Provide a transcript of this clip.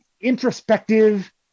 introspective